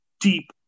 deep